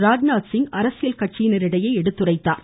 ராஜ்நாத் சிங் அரசியல் கட்சிகளிடம் எடுத்துரைத்தார்